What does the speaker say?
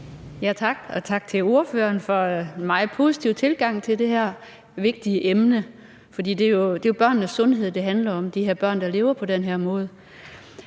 tak til ordføreren for den meget positive tilgang til det her vigtige emne. For det er jo børnenes sundhed, det handler om – sundheden for de børn, der lever på den her måde.